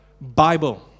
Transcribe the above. Bible